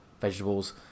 vegetables